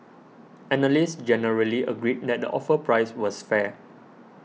analysts generally agreed that the offer price was fair